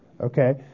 Okay